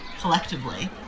collectively